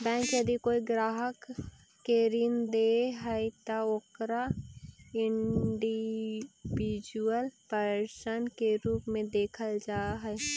bank यदि कोई ग्राहक के ऋण दे हइ त ओकरा इंडिविजुअल पर्सन के रूप में देखल जा हइ